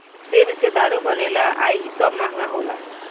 सेब से दारू बनेला आ इ सब महंगा होला